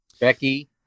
Becky